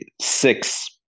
six